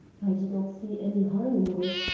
i did not see any harm in this,